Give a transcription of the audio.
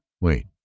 Wait